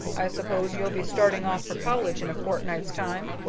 i s'pose you'll be starting off for college in a fortnight's time?